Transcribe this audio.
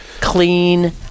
clean